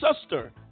sister